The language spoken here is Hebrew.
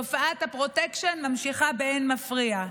תופעת הפרוטקשן ממשיכה באין מפריע.